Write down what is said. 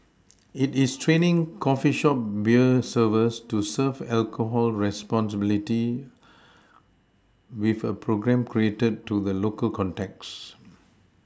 it is training coffee shop beer servers to serve alcohol responsibly with a programme catered to the local context